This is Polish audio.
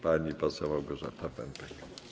Pani poseł Małgorzata Pępek.